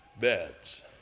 beds